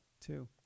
two